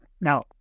Now